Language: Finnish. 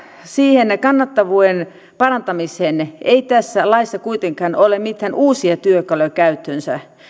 siihen kannattavuuden parantamiseen ei tässä laissa kuitenkaan ole mitään uusia työkaluja käytössä